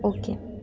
okay